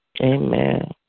Amen